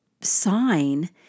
sign